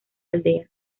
aldea